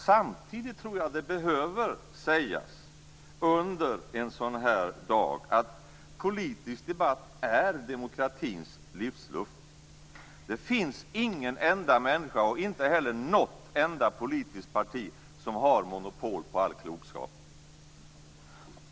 Samtidigt tror jag att det behöver sägas, under en sådan här dag, att politisk debatt är demokratins livsluft. Det finns ingen enda människa och inte heller något enda politiskt parti som har monopol på all klokskap.